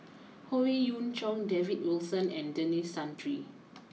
Howe Yoon Chong David Wilson and Denis Santry